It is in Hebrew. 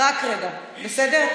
רק רגע, בסדר?